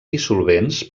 dissolvents